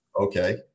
Okay